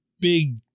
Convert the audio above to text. big